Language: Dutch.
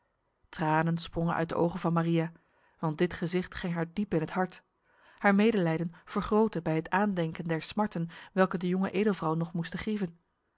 tranen sprongen uit de ogen van maria want dit gezicht ging haar diep in het hart haar medelijden vergrootte bij het aandenken der smarten welke de jonge edelvrouw nog moesten grieven